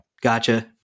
Gotcha